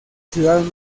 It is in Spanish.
ciudad